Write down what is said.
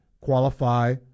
qualify